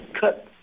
cut